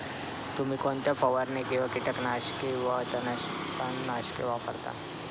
तुम्ही कोणत्या फवारण्या किंवा कीटकनाशके वा तणनाशके वापरता?